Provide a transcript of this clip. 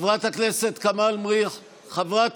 חברת הכנסת כמאל מריח, חברת